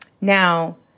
Now